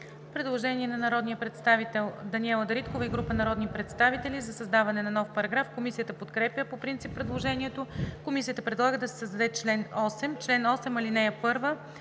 Предложение на народния представител Даниела Дариткова и група народни представители за създаване на нов параграф. Комисията подкрепя по принцип предложението. Комисията предлага да се създаде чл. 8: „Чл. 8. (1) Въведените